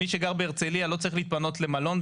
מי שגר בהרצליה לא צריך להתפנות למלון,